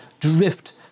drift